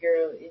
girl